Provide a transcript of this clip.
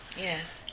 Yes